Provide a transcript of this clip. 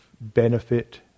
benefit